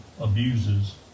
abuses